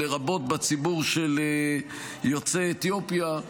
לרבות בציבור של יוצאי אתיופיה,